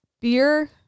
beer